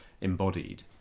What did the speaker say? embodied